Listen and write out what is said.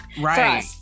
right